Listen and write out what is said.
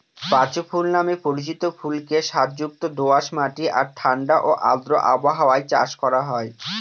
পাঁচু ফুল নামে পরিচিত ফুলকে সারযুক্ত দোআঁশ মাটি আর ঠাণ্ডা ও আর্দ্র আবহাওয়ায় চাষ করা হয়